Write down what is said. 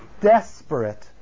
desperate